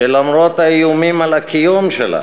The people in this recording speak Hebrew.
שלמרות האיומים על הקיום שלה